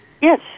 Yes